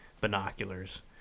binoculars